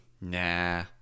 nah